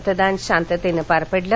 मतदान शांततेनं पार पडलं